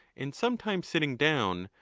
and sometimes sitting down,